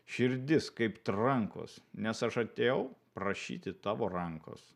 širdis kaip trankos nes aš atėjau prašyti tavo rankos